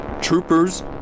Troopers